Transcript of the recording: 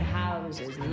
houses